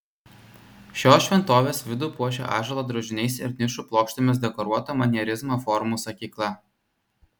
šios šventovės vidų puošia ąžuolo drožiniais ir nišų plokštėmis dekoruota manierizmo formų sakykla